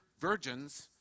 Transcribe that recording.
virgins